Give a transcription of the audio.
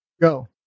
Go